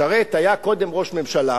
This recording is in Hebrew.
שרת היה קודם ראש ממשלה,